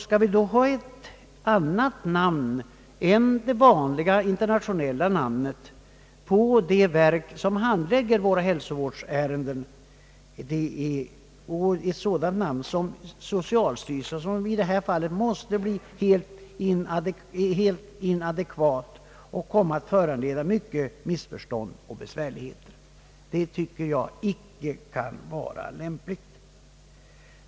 Skall vi då ha ett annat namn än det i internationella sammanhang vanliga på det verk, som handlägger våra hälsovårdsärenden, kommer det säkerligen att föranleda många missförstånd och besvärligheter. Det tycker jag inte kan vara lämpligt.